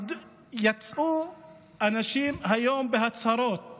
יצאו היום אנשים בהצהרות